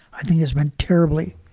i think has been terribly,